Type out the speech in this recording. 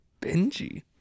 Benji